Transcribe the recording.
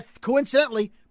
coincidentally